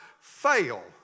fail